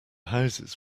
houses